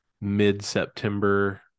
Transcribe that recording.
mid-September